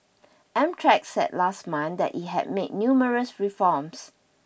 Amtrak said last month that it had made numerous reforms